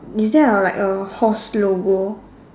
is there a like a horse logo